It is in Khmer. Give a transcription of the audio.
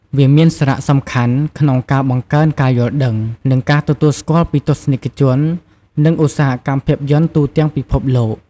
វាមានសារៈសំខាន់ក្នុងការបង្កើនការយល់ដឹង និងការទទួលស្គាល់ពីទស្សនិកជន និងឧស្សាហកម្មភាពយន្តទូទាំងពិភពលោក។